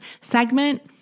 segment